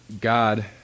God